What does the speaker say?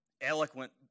eloquent